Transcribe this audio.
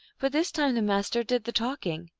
but this time the master did the talking.